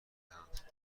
دهند